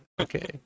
okay